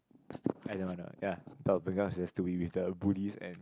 I know I know ya but because has to be with the bullies and